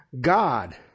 God